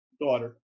daughter